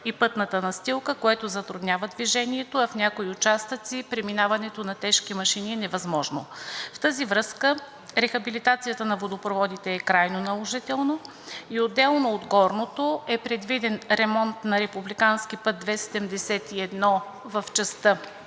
и пътната настилка, което затруднява движението, а в някои участъци преминаването на тежки машини е невъзможно. В тази връзка рехабилитацията на водопроводите е крайно наложителна. Отделно от горното е предвиден ремонт на републикански път II 71 в частта